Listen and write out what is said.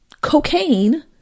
cocaine